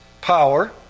power